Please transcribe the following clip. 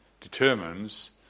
determines